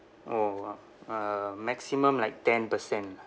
orh ah uh maximum like ten percent lah